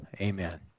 Amen